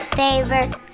favorite